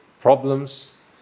problems